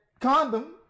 condom